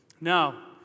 Now